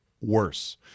worse